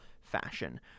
fashion